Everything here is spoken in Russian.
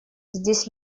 здесь